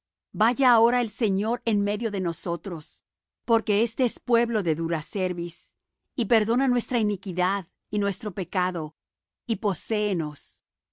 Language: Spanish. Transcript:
vaya ahora el señor en medio de nosotros porque este es pueblo de dura cerviz y perdona nuestra iniquidad y nuestro pecado y poséenos